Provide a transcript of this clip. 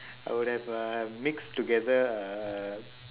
I would have uh mixed together a